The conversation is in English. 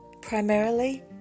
Primarily